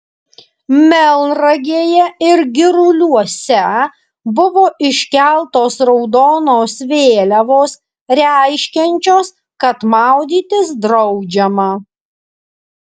melnragėje ir giruliuose buvo iškeltos raudonos vėliavos reiškiančios kad maudytis draudžiama